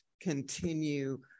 continue